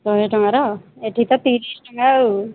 ଶହେ ଟଙ୍କାର ଏଠି ତ ତିରିଶ ଟଙ୍କା ଆଉ